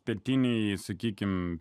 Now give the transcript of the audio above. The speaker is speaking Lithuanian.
pietinėje sakykime